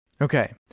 Okay